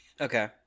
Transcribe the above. Okay